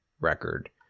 record